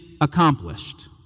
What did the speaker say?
accomplished